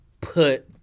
put